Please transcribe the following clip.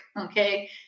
okay